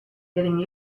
getting